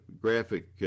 graphic